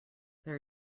there